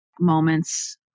moments